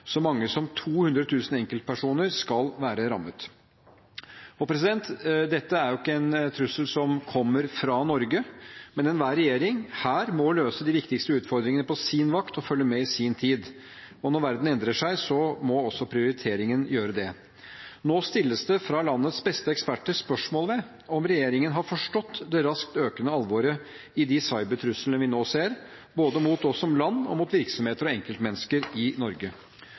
Så mange som 200 000 enkeltpersoner skal være rammet. Dette er ikke en trussel som kommer fra Norge, men enhver regjering her må løse de viktigste utfordringene på sin vakt og følge med i sin tid, og når verden endrer seg, må også prioriteringen gjøre det. Nå stilles det fra landets beste eksperter spørsmål ved om regjeringen har forstått det raskt økende alvoret i de cybertruslene vi nå ser, både mot oss som land og mot virksomheter og enkeltmennesker i Norge.